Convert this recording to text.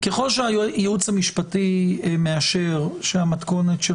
ככל שהייעוץ המשפטי מאשר שהמתכונת של